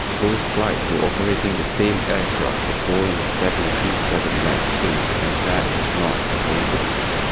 both flights were operating the same aircraft the boeing seven seven max eight and that was not a coincidence.